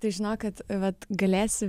tai žinok kad vat galėsi